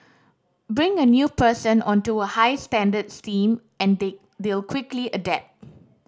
bring a new person onto a high standards team and they they'll quickly adapt